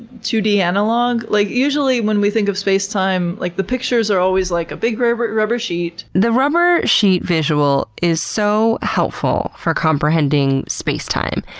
two d analog. like usually when we think of spacetime, like the pictures are always like a big rubber rubber sheet. the rubber sheet visual is so helpful for comprehending spacetime.